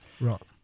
right